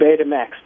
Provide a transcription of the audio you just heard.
Betamax